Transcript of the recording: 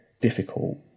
difficult